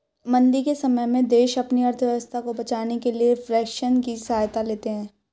मंदी के समय में देश अपनी अर्थव्यवस्था को बचाने के लिए रिफ्लेशन की सहायता लेते हैं